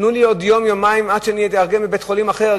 תנו לי עוד יום-יומיים עד שאתארגן בבית-חולים אחר.